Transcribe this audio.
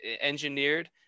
engineered